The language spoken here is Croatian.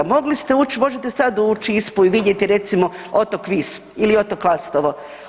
Mogli ste ući, možete sada ući u ISPU i vidjeti recimo otok Vis ili otok Lastovo.